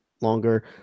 longer